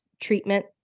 treatment